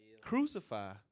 crucify